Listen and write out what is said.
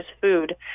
food